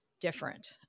different